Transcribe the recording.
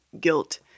guilt